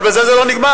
אבל בזה זה לא נגמר.